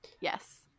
yes